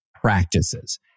practices